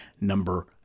number